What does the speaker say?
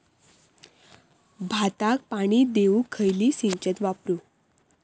भाताक पाणी देऊक खयली सिंचन वापरू?